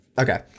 Okay